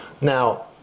now